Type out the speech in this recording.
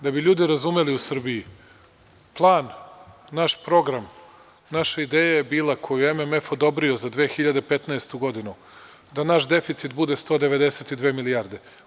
Da bi ljudi razumeli u Srbiji plan i naš program, naša ideja je bila, koju je MMF odobrio za 2015. godinu, da naš deficit bude 192 milijarde.